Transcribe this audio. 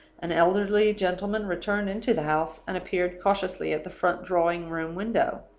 an elderly gentleman returned into the house, and appeared cautiously at the front drawing-room window.